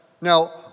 Now